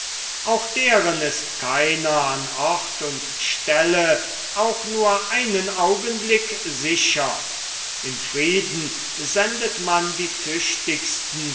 auch deren ist keiner an ort und stelle auch nur einen augenblick sicher im frieden sendet man die